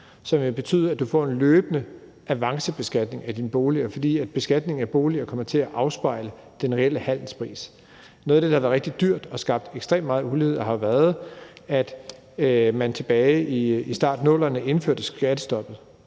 som betyder, at du får en løbende avancebeskatning af dine boliger, fordi beskatningen af boliger kommer til at afspejle den reelle handelspris. Noget af det, der har været rigtig dyrt og har skabt ekstremt meget ulighed, har været, at man tilbage i starten af 00'erne indførte skattestoppet,